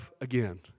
again